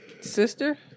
sister